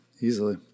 easily